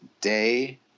day